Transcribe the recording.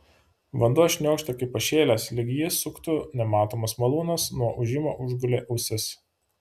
vanduo šniokštė kaip pašėlęs lyg jį suktų nematomas malūnas nuo ūžimo užgulė ausis